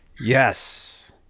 Yes